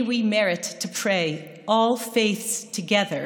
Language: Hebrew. שנזכה להתפלל, בני כל הדתות יחד,